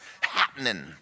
happening